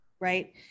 Right